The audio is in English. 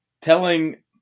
telling